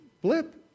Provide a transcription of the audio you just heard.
blip